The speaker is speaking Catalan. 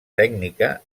tècnica